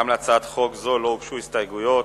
גם להצעת חוק זו לא הוגשו הסתייגויות,